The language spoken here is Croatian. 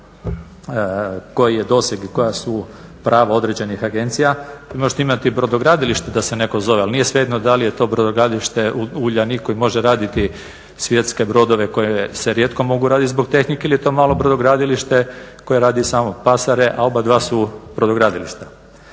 koji je doseg i koja su prava određenih agencija. Vi možete imati brodogradilište da se neko zove, ali nije svejedno da li je to brodogradilište Uljanik koji može raditi svjetske brodove koji se rijetko mogu raditi zbog tehnike ili je to malo brodogradilište koje radi samo pasare a obadva su brodogradilišta.